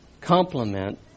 complement